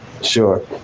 Sure